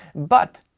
but!